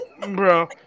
bro